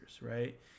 Right